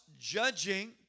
judging